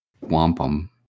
Wampum